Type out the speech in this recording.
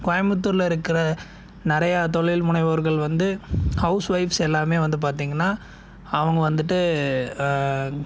கோயமுத்தூரில் இருக்கிற நிறையா தொழில் முனைவோர்கள் வந்து ஹவுஸ்ஒய்ஃப்ஸ் எல்லோருமே வந்து பார்த்திங்கன்னா அவங்க வந்துவிட்டு